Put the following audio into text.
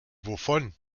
wovon